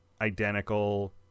identical